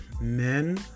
Men